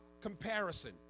comparison